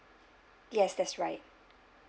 yes that's right